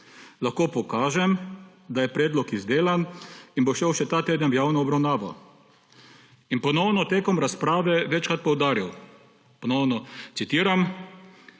Lahko pokažem, da je predlog izdelan in bo šel še ta teden v javno obravnavo.« In ponovno je tekom razprave večkrat poudarjal, ponovno citiram: